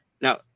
now